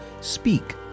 speak